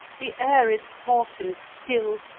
the air is hot and still,